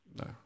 no